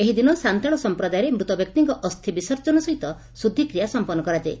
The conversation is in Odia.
ଏହି ଦିନ ସାନ୍ତାଳ ସଂପ୍ରଦାୟରେ ମୃତବ୍ୟକ୍ତିଙ୍କ ଅସ୍ଥି ବିସର୍ଜନ ସହିତ ଶୁଦ୍ଧିକ୍ରିୟା ସଂପନ୍ କରାଯାଏ